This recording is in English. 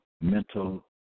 Mental